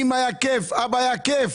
אימא, היה כייף, אבא, היה כייף.